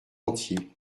entier